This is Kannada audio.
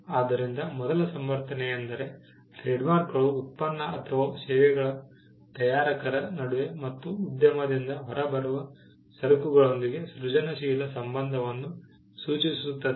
ಆದ್ದರಿಂದ ಮೊದಲ ಸಮರ್ಥನೆಯೆಂದರೆ ಟ್ರೇಡ್ಮಾರ್ಕ್ಗಳು ಉತ್ಪನ್ನ ಅಥವಾ ಸೇವೆಗಳ ತಯಾರಕರ ನಡುವೆ ಮತ್ತು ಉದ್ಯಮದಿಂದ ಹೊರಬರುವ ಸರಕುಗಳೊಂದಿಗೆ ಸೃಜನಶೀಲ ಸಂಬಂಧವನ್ನು ಸೂಚಿಸುತ್ತದೆ